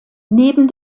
neben